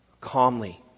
calmly